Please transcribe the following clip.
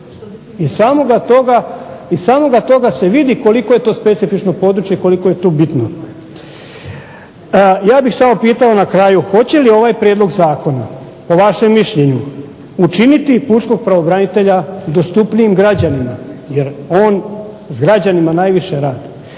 Iz samoga toga se vidi koliko je to specifično područje i koliko je to bitno. Ja bih samo pitao na kraju hoće li ovaj prijedlog zakona po vašem mišljenju učiniti pučkog pravobranitelja dostupnijim građanima? Jer on s građanima najviše radi.